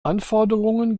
anforderungen